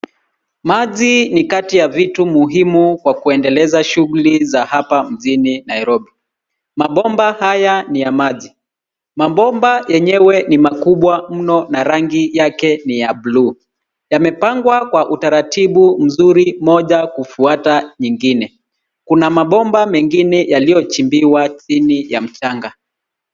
Maji ni kati ya vitu muhimu Kwa kuendeleza shughuli za hapa mjini Nairobi. Mabomba haya ni maji. Mabomba yenyewe ni makubwa mno na rangi yake ni ya buluu. Yamepangwa Kwa utaratibu mzuri moja kufuata nyingine. Kuna mabomba mengine yalichimbiwa chini ya mchanga.